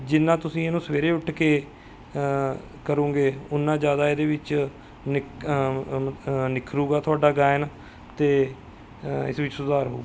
ਜਿੰਨਾ ਤੁਸੀਂ ਇਹਨੂੰ ਸਵੇਰੇ ਉੱਠ ਕੇ ਕਰੋਗੇ ਉਨਾ ਜ਼ਿਆਦਾ ਇਹਦੇ ਵਿੱਚ ਨਿ ਨਿਖਰੂਗਾ ਤੁਹਾਡਾ ਗਾਇਨ ਅਤੇ ਇਸ ਵਿੱਚ ਸੁਧਾਰ ਹੋਊਗਾ